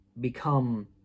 become